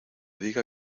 diga